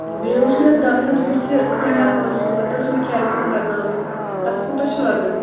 بیٚیہِ اوس مےٚ دَنٛدَس بُتھِ کھٔنٛڈ اَکھ ؤژھمٕژ اَتھ ٲس مےٚ کیپِنٛگ کَرناوٕنۍ تَتھ کوٗتاہ چھُ لَگان